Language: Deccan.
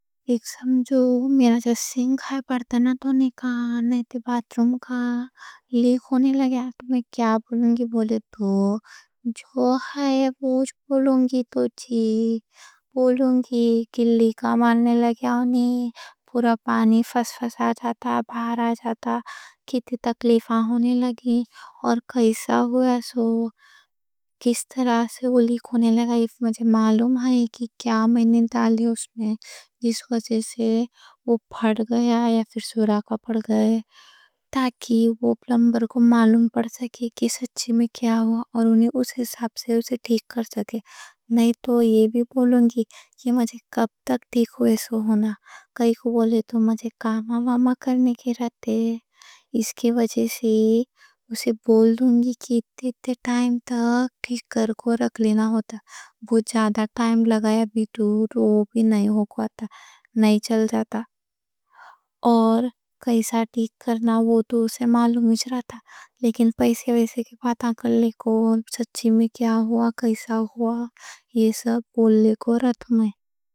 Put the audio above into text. میرا جو سنک ہے، برتن دھونے کا، نہیں تو باثروم کا، لیک ہونے لگ گیا۔ بولے تو میں کیا بولوں گی، جو ہے جو بولوں گی: لیک ہونے لگ گیا۔ پورا پانی فس فس آ جاتا، باہر آ جاتا، کتنی تکلیفاں ہونے لگیں۔ اور کیسا ہوا، کس طرح سے وہ لیک ہونے لگا؛ اگر مجھے معلوم ہے، کیا میں نے ڈالی اس میں جس وجہ سے وہ پھٹ گیا یا پھر سوراخ پھٹ گیا تاکہ وہ پلمبر کو معلوم پڑ سکے۔ کہ سچی میں کیا ہوا، اور انہیں اس حساب سے اسے ٹھیک کر سکے۔ نہیں تو یہ بھی بولوں گی کہ مجھے کب تک ٹھیک ہووے سو ہونا کائیں کوں۔ بولے تو مجھے کاما ماما کرنے کے راتے اس کے وجہ سے اسے بول دوں گی کہ اتّتے اتّتے ٹائم تک ٹھیک کر کے رکھ لینا ہوتا۔ وہ زیادہ ٹائم لگایا بھی تو وہ بھی نہیں ہو پاتا، نہیں چل جاتا۔ اور کیسا ٹھیک کرنا وہ تو اسے معلوم ہی رہتا۔ لیکن پیسے ویسے کے باتاں کرنے کو، سچی میں کیا ہوا، کیسا ہوا، یہ سب بولنے کو رت میں۔